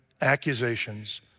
accusations